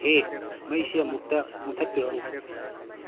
ꯍꯦ ꯃꯩꯁꯤ ꯑꯃꯨꯛꯇ ꯃꯨꯊꯠꯄꯤꯔꯛꯎ